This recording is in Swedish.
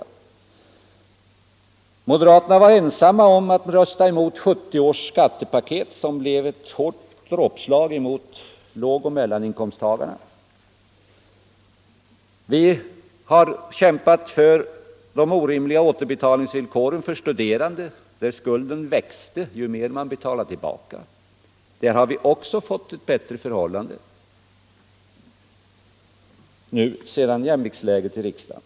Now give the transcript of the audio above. Moderaterna var ensamma om att rösta mot 1970 års skattepaket, som blev ett hårt slag mot lågoch mellaninkomsttagarna. Vi har kämpat mot de orimliga återbetalningsvillkoren för studerande, där skulden växte ju mer de betalade tillbaka. Även där har vi åstadkommit ett bättre tillstånd tack vare jämviktsläget i riksdagen.